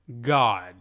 God